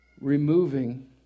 removing